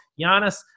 Giannis